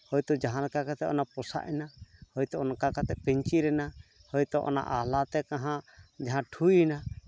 ᱦᱚᱭᱛᱳ ᱡᱟᱦᱟᱸ ᱞᱮᱠᱟ ᱠᱟᱛᱮᱜ ᱚᱱᱟ ᱯᱚᱥᱟᱜ ᱮᱱᱟ ᱦᱚᱭᱛᱳ ᱚᱱᱠᱟ ᱠᱟᱛᱮᱜ ᱯᱤᱧᱪᱤᱨ ᱮᱱᱟ ᱦᱚᱭᱛᱳ ᱚᱱᱟ ᱟᱦᱞᱟᱛᱮ ᱠᱟᱦᱟ ᱡᱟᱦᱟᱸ ᱴᱷᱩᱭᱮᱱᱟ